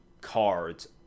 cards